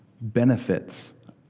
benefits